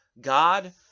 God